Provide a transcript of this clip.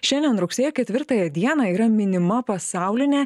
šiandien rugsėjo ketvirtąją dieną yra minima pasaulinė